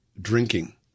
drinking